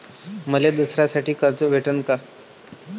मले दसऱ्यासाठी कर्ज भेटन का?